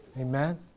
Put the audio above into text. Amen